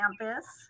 campus